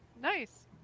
Nice